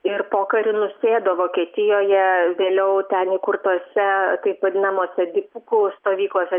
ir pokariu nusėdo vokietijoje vėliau ten įkurtose taip vadinamose dipukų stovyklose